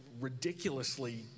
ridiculously